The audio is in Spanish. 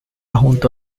junto